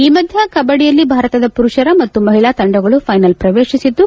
ಈ ಮಧ್ಯೆ ಕಬಡ್ಡಿಯಲ್ಲಿ ಭಾರತದ ಪುರುಷ ಮತ್ತು ಮಹಿಳಾ ತಂಡಗಳು ಫೈನಲ್ ಪ್ರವೇಶಿಸಿದ್ದು